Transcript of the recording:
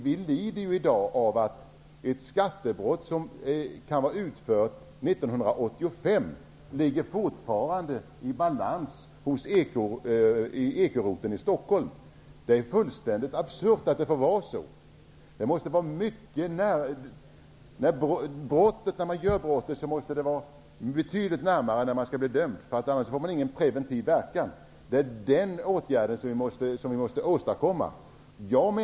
Vi lider i dag av att ett skattebrott som skedde 1985 fortfarande ligger i balansen hos Ekoroteln i Stockholm. Det är fullständigt absurt att det får vara så. Det måste vara betydligt kortare tid mellan brott och rättegång. Annars får man ingen preventiv verkan. Den åtgärden måste vi åstadkomma.